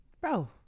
Bro